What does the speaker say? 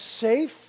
safe